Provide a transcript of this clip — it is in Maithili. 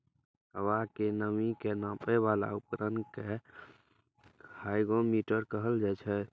हवा के नमी के नापै बला उपकरण कें हाइग्रोमीटर कहल जाइ छै